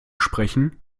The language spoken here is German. sprechen